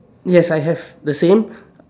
yes I have the same